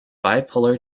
bipolar